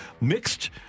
mixed